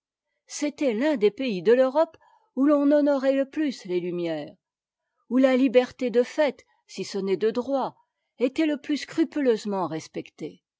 c'était l'un des pays de l'europe où l'on honorait le plus les tumières où la liberté de fait si ce n'est de droit était le plus scrupuleusement respectée